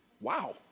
Wow